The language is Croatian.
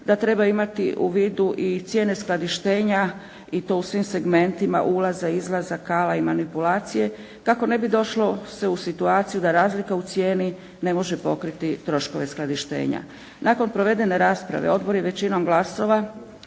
da treba imati u vidu i cijene skladištenja i to u svim segmentima ulaza i izlaza kao i manipulacije, kako ne bi došlo se u situaciju da razlika u cijeni ne može pokriti troškove skladištenja. Nakon provedene rasprave Odbor je većinom glasova,